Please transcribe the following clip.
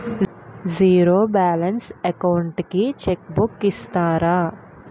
Zero balance account కి cheque book ఇస్తారా?